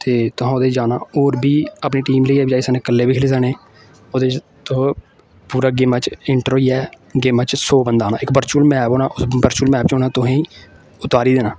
ते तुसें ओह्दे च जाना होर बी अपनी टीम लेइयैबी जाई सकने कल्ले बी खेली सकने ओह्दे च तुस पूरा गेमै च एंटर होइयै गेमा च सौ बंदा आना इक वर्चुअल मैप होना उस वर्चुअल मैप च होना तुसेंगी उतारी देना